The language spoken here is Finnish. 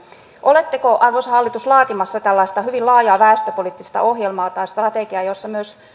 oletteko arvoisa hallitus laatimassa tällaista hyvin laajaa väestöpoliittista ohjelmaa tai strategiaa jossa myös